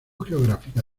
geográfica